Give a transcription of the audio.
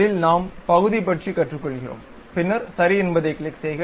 அதில் நாம் பகுதி பற்றி கற்றுக் கொள்கிறோம் பின்னர் சரி என்பதைக் கிளிக் செய்க